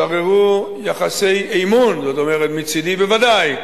שררו יחסי אמון, זאת אומרת מצדי בוודאי,